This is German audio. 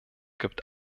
gibt